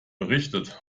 berichtet